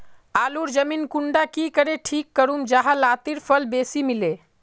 आलूर जमीन कुंडा की करे ठीक करूम जाहा लात्तिर फल बेसी मिले?